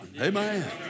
Amen